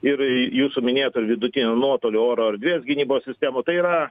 ir jūsų minėtų ir vidutinio nuotolio oro erdvės gynybos sistemų tai yra